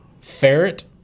Ferret